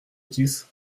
dix